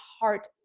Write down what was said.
heart